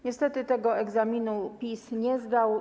Niestety tego egzaminu PiS nie zdał.